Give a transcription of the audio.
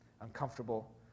uncomfortable